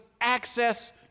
access